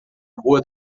rua